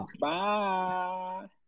Bye